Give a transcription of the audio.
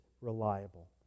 reliable